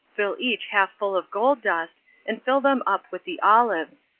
fill each half full of gold dust and fill them up with the olives.